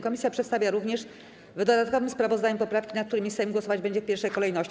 Komisja przedstawia również w dodatkowym sprawozdaniu poprawki, nad którymi Sejm głosować będzie w pierwszej kolejności.